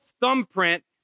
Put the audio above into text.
thumbprint